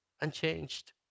unchanged